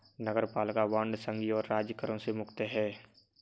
नगरपालिका बांड संघीय और राज्य करों से मुक्त हैं